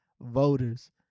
voters